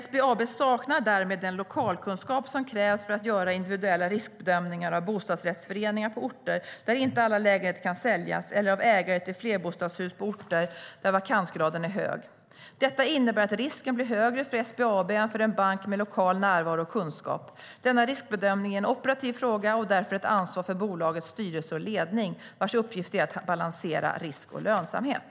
SBAB saknar därmed den lokalkunskap som krävs för att göra individuella riskbedömningar av bostadsrättsföreningar på orter där inte alla lägenheter kan säljas eller av ägare till flerbostadshus på orter där vakansgraden är hög. Detta innebär att risken blir högre för SBAB än för en bank med lokal närvaro och kunskap. Denna riskbedömning är en operativ fråga och därför ett ansvar för bolagets styrelse och ledning, vars uppgift det är att balansera risk och lönsamhet.